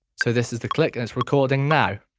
so this is the click and it's recording now